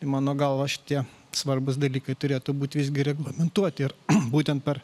mano galva šitie svarbūs dalykai turėtų būti visgi reglamentuoti ir būtent per